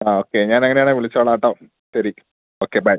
അ okay ഞാൻ അങ്ങനെയാണെ വിളിച്ചോളാം കേട്ടൊ ശരി ഓക്കെ ബൈ